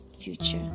future